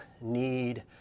need